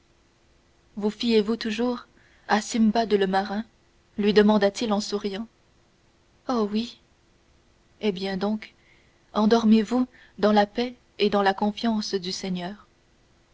vous fiez-vous toujours à simbad le marin lui demanda-t-il en souriant oh oui eh bien donc endormez vous dans la paix et dans la confiance du seigneur